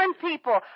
people